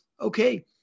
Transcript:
okay